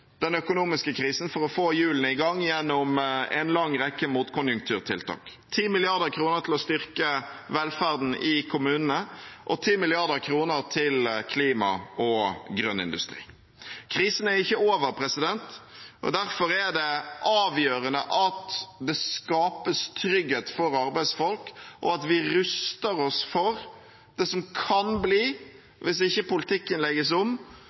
den økonomiske krisen for å få hjulene i gang gjennom en lang rekke motkonjunkturtiltak, 10 mrd. kr til å styrke velferden i kommunene og 10 mrd. kr til klima og grønn industri. Krisen er ikke over, derfor er det avgjørende at det skapes trygghet for arbeidsfolk, og at vi ruster oss for det som kan bli runder med masseoppsigelser til høsten hvis ikke politikken legges om.